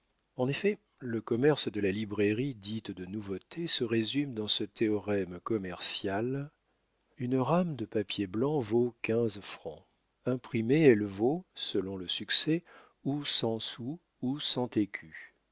en effet le commerce de la librairie dite de nouveautés se résume dans ce théorème commercial une rame de papier blanc vaut quinze francs imprimée elle vaut selon le succès ou cent sous ou cent écus